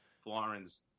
Florence